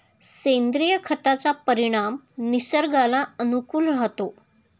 सेंद्रिय खताचा परिणाम निसर्गाला अनुकूल राहतो